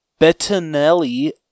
Bettinelli